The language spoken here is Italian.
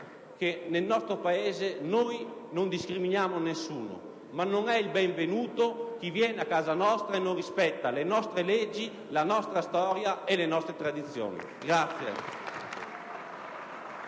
che nel nostro Paese noi non discriminiamo nessuno, ma non è il benvenuto chi viene a casa nostra e non rispetta le nostre leggi, la nostra storia e le nostre tradizioni.